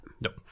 Nope